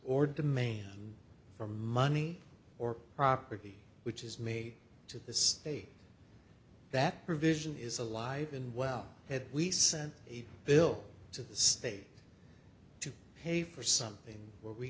or demand for money or property which is made to the state that provision is alive and well that we sent a bill to the state to pay for something where we